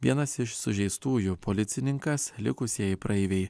vienas iš sužeistųjų policininkas likusieji praeiviai